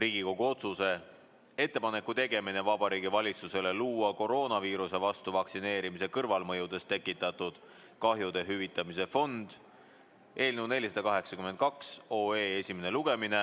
Riigikogu otsuse "Ettepaneku tegemine Vabariigi Valitsusele luua koroonaviiruse vastu vaktsineerimise kõrvalmõjudest tekitatud kahjude hüvitamise fond" eelnõu 482 esimene lugemine.